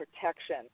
protection